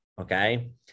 okay